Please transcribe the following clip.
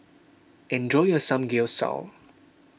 enjoy your Samgeyopsal